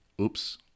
Oops